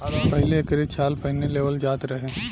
पहिले एकरे छाल पहिन लेवल जात रहे